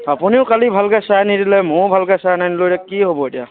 আপুনিও কালি ভালকে চাই নিদিলে মইয়ো ভালকে চাই নানিলোঁ এতিয়া কি হ'ব এতিয়া